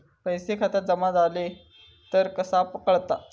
पैसे खात्यात जमा झाले तर कसा कळता?